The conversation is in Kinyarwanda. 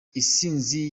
isinzi